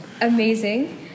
amazing